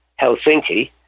Helsinki